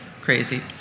crazy